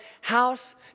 house